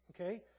okay